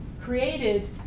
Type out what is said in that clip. created